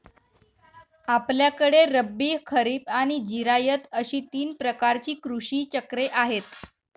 आपल्याकडे रब्बी, खरीब आणि जिरायत अशी तीन प्रकारची कृषी चक्रे आहेत